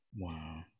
Wow